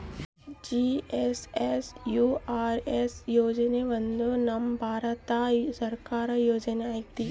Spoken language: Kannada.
ಜೆ.ಎನ್.ಎನ್.ಯು.ಆರ್.ಎಮ್ ಯೋಜನೆ ಒಂದು ನಮ್ ಭಾರತ ಸರ್ಕಾರದ ಯೋಜನೆ ಐತಿ